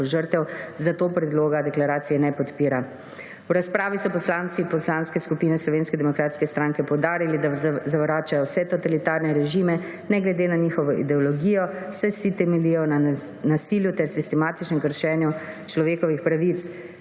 V razpravi so poslanci Poslanske skupine Slovenske demokratske stranke poudarili, da zavračajo vse totalitarne režime ne glede na njihovo ideologijo, saj vsi temeljijo na nasilju ter sistematičnem kršenju človekovih pravic.